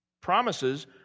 Promises